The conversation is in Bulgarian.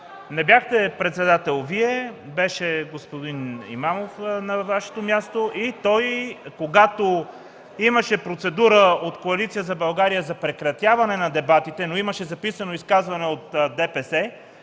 не бяхте председател Вие, беше господин Имамов на Вашето място. Когато имаше процедура от Коалиция за България за прекратяване на дебатите, но имаше записано изказване от ДПС,